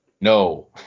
No